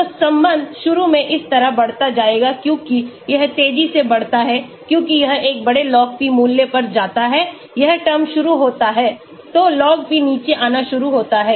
तो संबंध शुरू में इस तरह बढ़ता जाएगा क्योंकि यह तेजी से बढ़ता है क्योंकि यह एक बड़े log p मूल्य पर जाता है यह टर्म शुरू होता है तो log p नीचे आना शुरू होता है